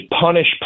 punish